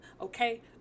okay